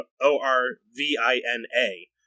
O-R-V-I-N-A